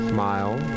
Smile